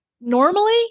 normally